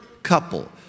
couple